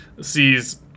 sees